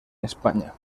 españa